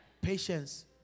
Patience